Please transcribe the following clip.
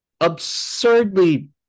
absurdly